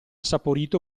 saporito